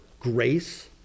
grace